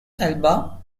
elba